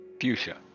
fuchsia